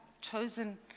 chosen